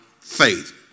faith